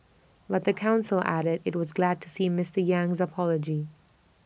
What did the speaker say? but the Council added IT was glad to see Mister Yang's apology